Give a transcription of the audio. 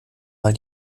mal